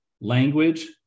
language